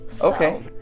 Okay